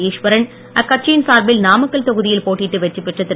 ஈஸ்வரன் அக்கட்சியின் சார்பில் நாமக்கல் தொகுதியில் போட்டியிட்டு வெற்றி பெற்ற திரு